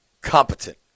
competent